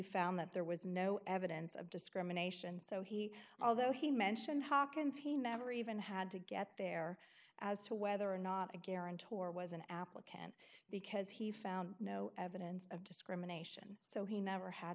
found that there was no evidence of discrimination so he although he mentioned hawkins he never even had to get there as to whether or not a guarantor was an applicant because he found no evidence of discrimination so he never had